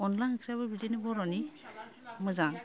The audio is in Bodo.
अनला ओंख्रियाबो बिदिनो बर'नि मोजां